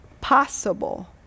possible